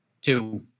Two